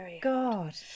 God